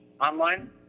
online